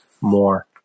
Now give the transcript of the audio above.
more